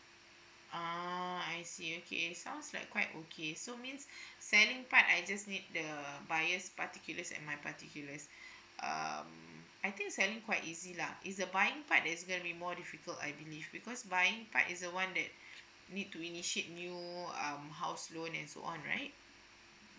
ah I see okay sounds like quite okay so means selling part I just need the buyer's particulars and my particulars um I think selling quite easy lah is the buying part it's going to be more difficult I believe because buying part is the one that need to initiate new um house loan and so on right